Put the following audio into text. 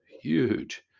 huge